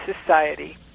society